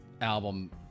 album